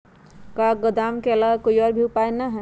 का गोदाम के आलावा कोई और उपाय न ह?